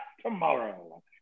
tomorrow